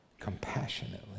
compassionately